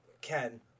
Ken